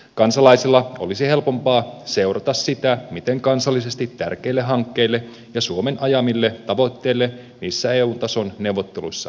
kansalaisten olisi helpompaa seurata sitä miten kansallisesti tärkeille hankkeille ja suomen ajamille tavoitteille niissä eu tason neuvotteluissa kävisi